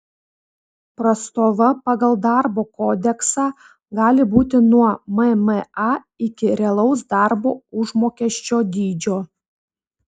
prastova pagal darbo kodeksą gali būti nuo mma iki realaus darbo užmokesčio dydžio